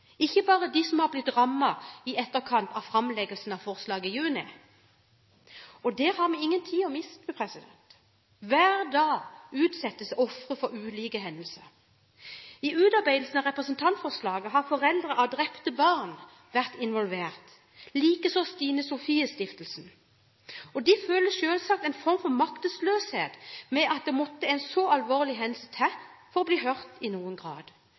ikke bare dem som har blitt rammet i etterkant av framleggelsen av forslaget i juni. Der har vi ingen tid å miste. Hver dag utsettes ofre for ulike hendelser. I utarbeidelsen av representantforslaget har foreldre av drepte barn vært involvert, likeså Stine Sofies Stiftelse. De føler selvsagt en form for maktesløshet ved at det måtte en så alvorlig hendelse til for i noen grad å bli hørt.